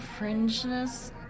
fringeness